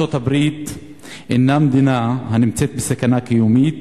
ארצות-הברית אינה מדינה הנמצאת בסכנה קיומית